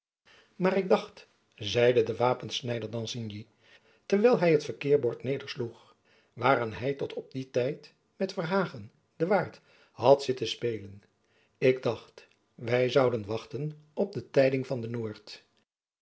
maar ik dacht zeide de wapensnijder d'assigny terwijl hy het verkeerbord nedersloeg waaraan hy tot op dien tijd met verhagen den waard had zitten spelen ik dacht wy zouden wachten op de tijding van de noord